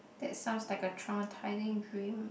that sounds like a traumatizing dream